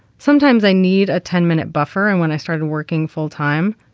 sometimes i need a ten minute buffer. and when i started working full time,